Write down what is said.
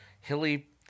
Hilly